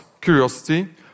Curiosity